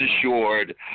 assured